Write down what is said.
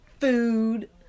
food